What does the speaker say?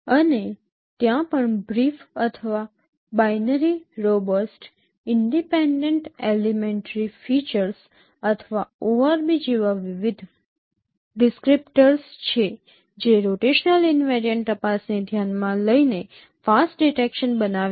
અને ત્યાં પણ BRIEF અથવા binary robust independent elementary features અથવા ORB જેવા વિવિધ ડિસ્ક્રિપ્ટર્સ છે જે રોટેશનલ ઈનવેરિયન્ટ તપાસને ધ્યાનમાં લઈને FAST ડિટેકશન બનાવે છે